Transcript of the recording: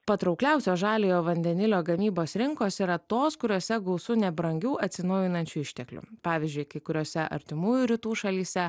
patraukliausios žaliojo vandenilio gamybos rinkos yra tos kuriose gausu nebrangių atsinaujinančių išteklių pavyzdžiui kai kuriose artimųjų rytų šalyse